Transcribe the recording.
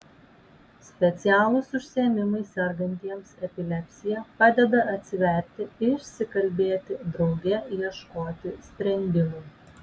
specialūs užsiėmimai sergantiems epilepsija padeda atsiverti išsikalbėti drauge ieškoti sprendimų